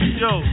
yo